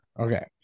Okay